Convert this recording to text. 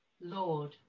lord